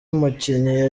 umukinnyi